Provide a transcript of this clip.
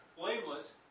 blameless